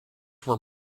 were